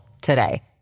today